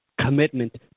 commitment